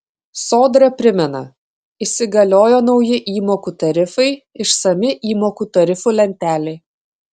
sodra primena įsigaliojo nauji įmokų tarifai išsami įmokų tarifų lentelė